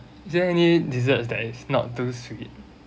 is there any desserts that is not too sweet